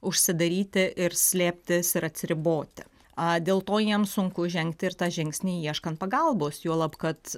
užsidaryti ir slėptis ir atsiriboti dėl to jiems sunku žengti ir tą žingsnį ieškant pagalbos juolab kad